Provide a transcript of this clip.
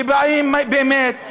שבאים באמת,